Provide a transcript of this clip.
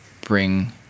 bring